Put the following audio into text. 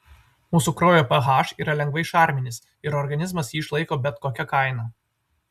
mūsų kraujo ph yra lengvai šarminis ir organizmas jį išlaiko bet kokia kaina